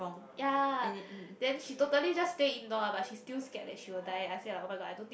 ya then she totally just stay indoor but she still scared that she will die I said oh-my-god I don't think